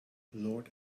lord